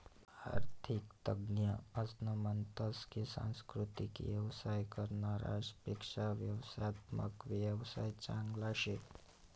आरर्थिक तज्ञ असं म्हनतस की सांस्कृतिक येवसाय करनारास पेक्शा व्यवस्थात्मक येवसाय चांगला शे